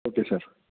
okay sir